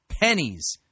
pennies